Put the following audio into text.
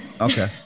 Okay